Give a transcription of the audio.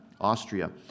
Austria